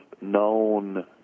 known